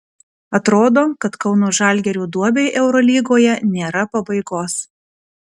atrodo kad kauno žalgirio duobei eurolygoje nėra pabaigos